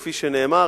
כפי שנאמר,